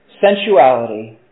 sensuality